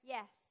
Yes